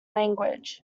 language